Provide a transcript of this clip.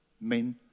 Men